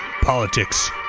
politics